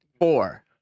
four